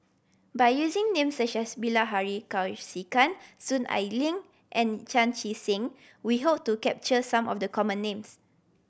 by using names such as Bilahari Kausikan Soon Ai Ling and Chan Chee Seng we hope to capture some of the common names